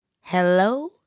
Hello